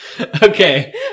okay